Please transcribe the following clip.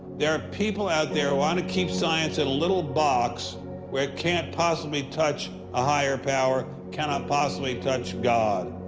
there are people out there who want to keep science in a little box where it can't possibly touch a higher power, cannot possibly touch god.